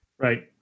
Right